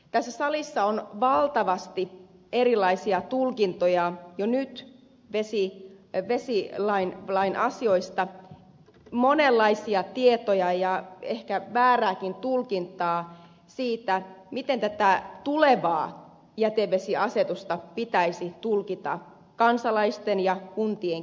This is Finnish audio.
tässä salissa on jo nyt valtavasti erilaisia tulkintoja vesilain asioista monenlaisia tietoja ja ehkä väärääkin tulkintaa siitä miten tätä tulevaa jätevesiasetusta pitäisi tulkita kansalaisten ja kuntien keskuudessa